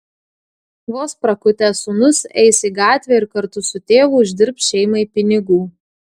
vos prakutęs sūnus eis į gatvę ir kartu su tėvu uždirbs šeimai pinigų